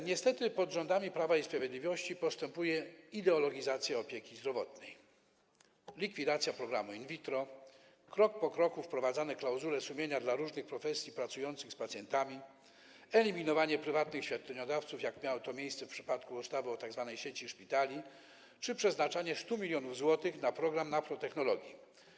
Niestety pod rządami Prawa i Sprawiedliwości postępuje ideologizacja opieki zdrowotnej: likwidacja programu in vitro, krok po kroku wprowadzane klauzule sumienia dla różnych profesji obejmujących pracę z pacjentami, eliminowanie prywatnych świadczeniodawców, jak miało to miejsce w przypadku ustawy o tzw. sieci szpitali, czy przeznaczanie 100 mln zł na program naprotechnologii.